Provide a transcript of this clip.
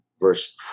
verse